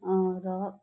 र